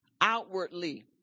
outwardly